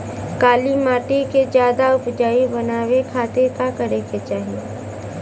काली माटी के ज्यादा उपजाऊ बनावे खातिर का करे के चाही?